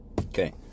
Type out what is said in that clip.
Okay